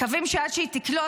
מקווים שעד שהיא תקלוט,